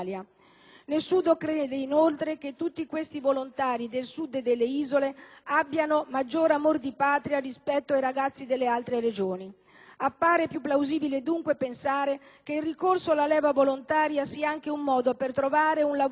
Nessuno crede inoltre che tutti questi volontari del Sud e delle isole abbiano maggiore amore di Patria rispetto ai ragazzi di altre Regioni. Appare più plausibile dunque pensare che il ricorso alla leva volontaria sia anche un modo per trovare un lavoro